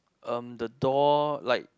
um the door like